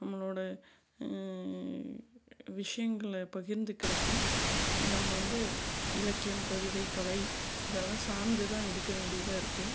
நம்மளோட விஷயங்கள பகிர்ந்துக்குறதுக்கும் நம்ம வந்து இலக்கியம் கவிதை கலை இதெல்லாம் சார்ந்து தான் இருக்க வேண்டியதாக இருக்குது